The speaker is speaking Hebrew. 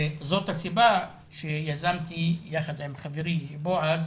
זאת הסיבה שיזמתי יחד עם חברי בועז